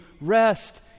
rest